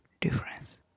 difference